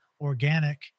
organic